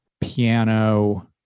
piano